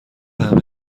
همه